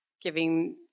giving